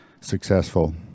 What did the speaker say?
successful